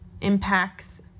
impacts